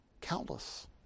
Countless